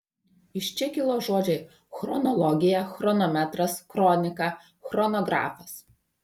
iš čia kilo žodžiai chronologija chronometras kronika chronografas